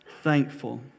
thankful